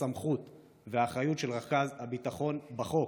הסמכות והאחריות של רכז הביטחון בחוק,